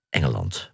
Engeland